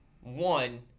one